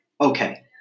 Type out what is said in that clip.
okay